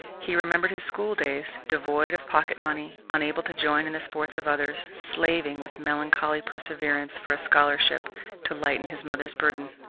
he remembered his schooldays, devoid of pocket money, unable to join in the sports of others, slaving with melancholy perseverance for a scholarship to lighten his mother's burden.